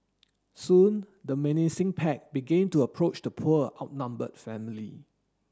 soon the menacing pack began to approach the poor outnumbered family